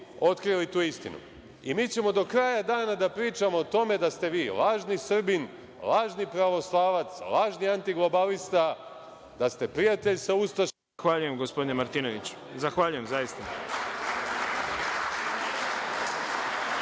otkrili tu istinu i mi ćemo do kraja dana da pričamo o tome da ste vi lažni Srbin, lažni pravoslavac, lažni antiglobalista, da ste prijatelj sa ustašama… **Đorđe Milićević** Zahvaljujem